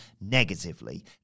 negatively